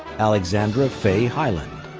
alexandra faye hiland,